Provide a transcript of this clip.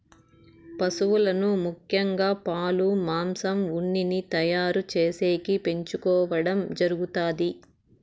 పసువులను ముఖ్యంగా పాలు, మాంసం, ఉన్నిని తయారు చేసేకి పెంచుకోవడం జరుగుతాది